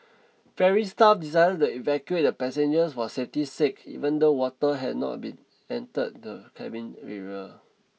ferry staff decided to evacuate the passengers for safety sake even though water had not been entered the cabin area